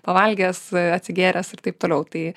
pavalgęs atsigėręs ir taip toliau tai